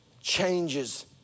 changes